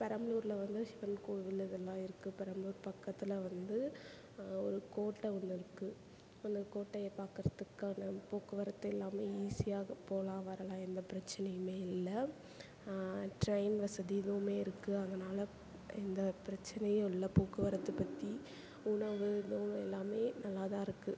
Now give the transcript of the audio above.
பெரம்பலூர்ல வந்து சிவன் கோவில் இதெல்லாம் இருக்குது பெரம்பலூர் பக்கத்தில் வந்து ஒரு கோட்டை ஒன்று இருக்குது அந்த கோட்டயை பார்க்கறதுக்கான போக்குவரத்து எல்லாமே ஈஸியாக போகலாம் வரலாம் எந்த பிரச்சனையுமே இல்லை ட்ரைன் வசதி இதுவுமே இருக்குது அதனால் எந்தப் பிரச்னையும் இல்லை போக்குவரத்து பற்றி உணவு எல்லாமே நல்லா தான் இருக்குது